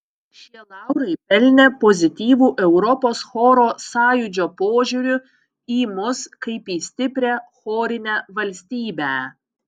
šie laurai pelnė pozityvų europos choro sąjūdžio požiūrį į mus kaip į stiprią chorinę valstybę